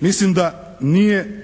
Mislim da nije